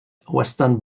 western